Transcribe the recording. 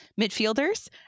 midfielders